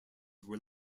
were